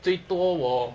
最多我